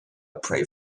pray